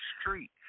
street